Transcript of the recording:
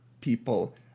people